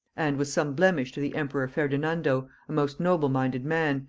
and was some blemish to the emperor ferdinando, a most noble-minded man,